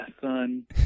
son